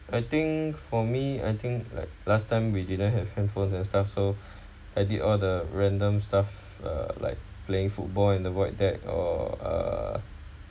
I think for me I think like last time we didn't have handphones and stuff so I did all the random stuff uh like playing football in a void deck or uh